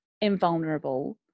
invulnerable